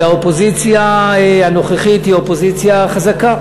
שהאופוזיציה הנוכחית היא אופוזיציה חזקה.